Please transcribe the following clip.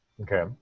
Okay